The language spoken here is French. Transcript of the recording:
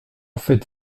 faites